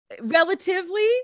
relatively